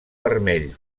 vermell